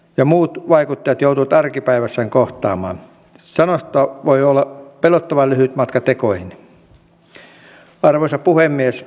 ja tulemme tulevan talven aikana tähän kokeilutoimintaan liittyen keräämään juuri työn vastaanottamista edistäviä kokeiluja ja menemään niissä eteenpäin